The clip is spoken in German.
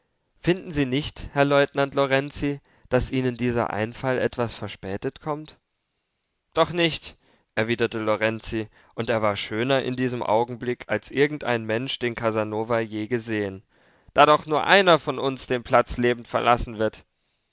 finden sie nicht herr leutnant lorenzi daß ihnen dieser einfall etwas verspätet kommt doch nicht erwiderte lorenzi und er war schöner in diesem augenblick als irgendein mensch den casanova je gesehen da doch nur einer von uns den platz lebend verlassen wird